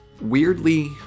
Weirdly